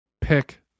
Pick